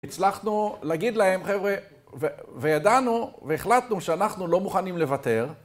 הצלחנו להגיד להם חבר'ה, וידענו, והחלטנו שאנחנו לא מוכנים לוותר.